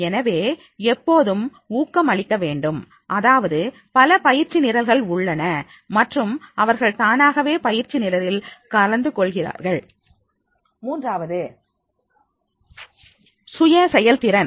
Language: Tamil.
எனவே எப்போதும் ஊக்கமளிக்க வேண்டும் அதாவது பல பயிற்சி நிரல்கள் உள்ளன மற்றும் அவர்கள் தானாகவே பயிற்சி நிரலில் கலந்துகொள்கின்றனர் மூன்றாவது சுய செயல்திறன்